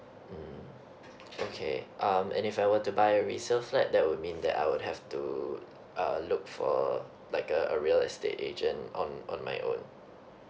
mm okay um and if I were to buy resale flat that would mean that I would have to uh look for like a a real estate agent on on my own